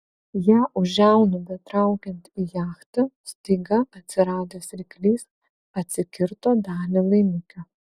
ją už žiaunų betraukiant į jachtą staiga atsiradęs ryklys atsikirto dalį laimikio